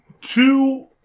two